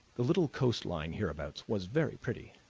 the little coast line hereabouts was very pretty,